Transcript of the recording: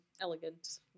elegant